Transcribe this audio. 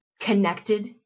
connected